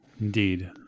Indeed